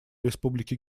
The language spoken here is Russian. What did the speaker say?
республики